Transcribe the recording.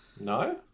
No